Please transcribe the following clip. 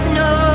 no